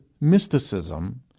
mysticism